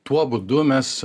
tuo būdu mes